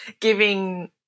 giving